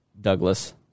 Douglas